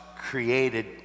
created